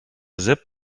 zip